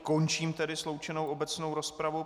Končím tedy sloučenou obecnou rozpravu.